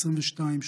22,